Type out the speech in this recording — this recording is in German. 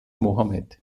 mohammed